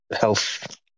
health